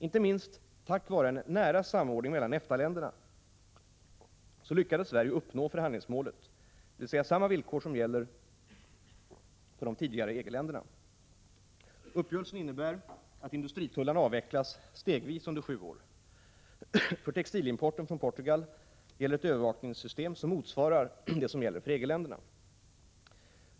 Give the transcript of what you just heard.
Inte minst tack vare en nära samordning mellan EFTA-länderna lyckades Sverige uppnå förhandlingsmålet, dvs. samma villkor som tidigare gäller för EG-länderna. Uppgörelsen innebär att industritullarna avvecklas stegvis under sju år. För textilimporten från Portugal gäller ett övervakningssystem som motsvarar det som gäller för EG-länderna.